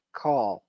call